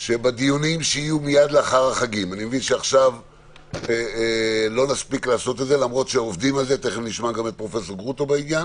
אני מבקש להעלות את זה כאן,